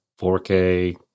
4K